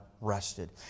rested